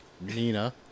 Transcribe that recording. Nina